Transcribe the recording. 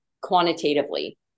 quantitatively